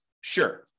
Sure